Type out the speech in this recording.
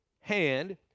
hand